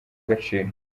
agaciro